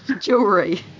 jewelry